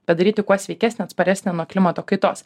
padaryti kuo sveikesnę atsparesnę klimato kaitos